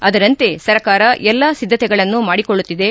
ಅದರಂತೆ ಸರಕಾರ ಎಲ್ಲ ಸಿದ್ದತೆಗಳನ್ನೂ ಮಾಡಿಕೊಳ್ಳುತ್ತಿದೆ